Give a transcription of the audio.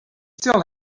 still